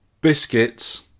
Biscuits